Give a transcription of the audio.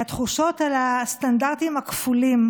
התחושות על הסטנדרטים הכפולים